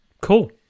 cool